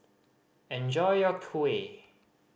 enjoy your kuih